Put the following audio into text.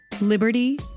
Liberty